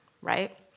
right